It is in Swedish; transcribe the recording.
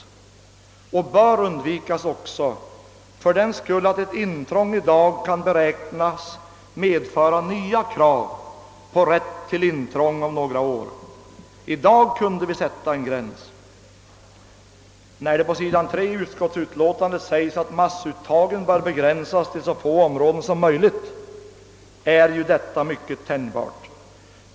Det bör också undvikas, av den anledningen att ett intrång i dag kan beräknas medföra nya krav på rätt till intrång om några år. I dag kunde vi sätta en gräns. På sid. 3 i utskottsutlåtandet sägs att massuttagen »bör begränsas till så få områden som möjligt». Detta uttalande är mycket tänjbart.